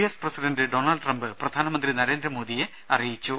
S president Donald Trump പ്രധാനമന്ത്രി നരേന്ദ്രമോദിയെ അറിയിച്ചു